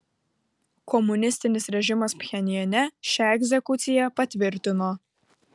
komunistinis režimas pchenjane šią egzekuciją patvirtino